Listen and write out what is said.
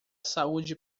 saúde